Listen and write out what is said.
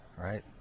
right